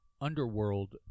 underworld